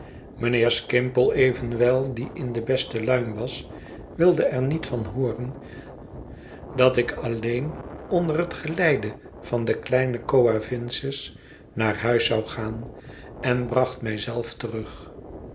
mijnheer skimpole evenwel die in de beste luim was wilde er niet van hooren dat ik alleen onder het geleide van de kleine goavinses naar huis zou gaan en bracht mij zelf terug